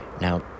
Now